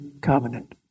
covenant